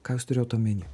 ką jūs turėjot omeny